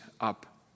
up